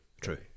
true